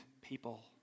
people